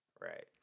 Right